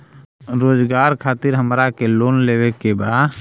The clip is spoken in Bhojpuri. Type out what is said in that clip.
रोजगार खातीर हमरा के लोन लेवे के बा?